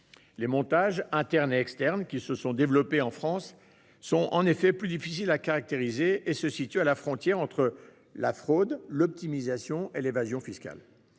Les montages, internes et externes, qui se sont développés en France sont plus difficiles à caractériser et se situent à la frontière entre fraude, optimisation et évasion fiscales.